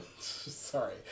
sorry